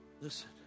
Listen